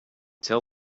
tell